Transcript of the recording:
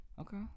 Okay